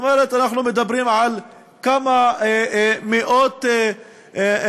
כלומר אנחנו מדברים על כמה מאות בודדות,